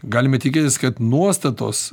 galime tikėtis kad nuostatos